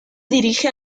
dirige